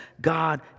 God